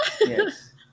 Yes